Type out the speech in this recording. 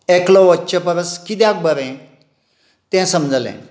एकलो वच्चे परस कित्याक बरें तें समजलें